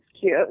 cute